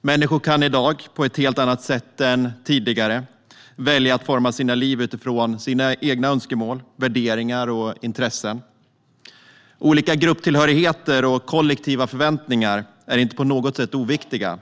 Människor kan i dag på ett helt annat sätt än tidigare välja att forma sina liv utifrån sina egna önskemål, värderingar och intressen. Olika grupptillhörigheter och kollektiva förväntningar är inte på något sätt oviktiga.